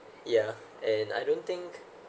yeah and I don't think